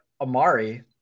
Amari –